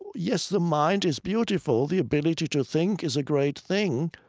yes, the mind is beautiful. the ability to think is a great thing.